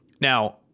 Now